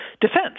defense